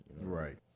Right